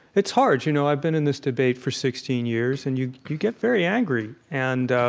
it's hard, you know. i've been in this debate for sixteen years, and you you get very angry. and